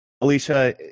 Alicia